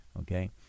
Okay